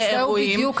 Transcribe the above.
זהו בדיוק,